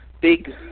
big